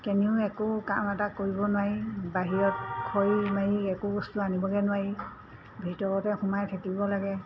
কেনিও একো কাম এটা কৰিব নোৱাৰি বাহিৰত খৰি মাৰি একো বস্তু আনিবগৈ নোৱাৰি ভিতৰতে সোমাই থাকিব লাগে